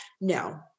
No